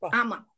ama